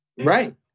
Right